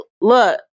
look